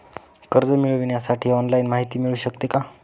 कर्ज मिळविण्यासाठी ऑनलाईन माहिती मिळू शकते का?